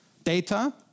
Data